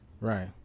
Right